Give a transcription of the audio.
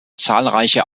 zahlreiche